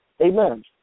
Amen